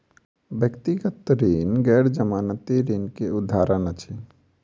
व्यक्तिगत ऋण गैर जमानती ऋण के उदाहरण अछि